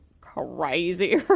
crazy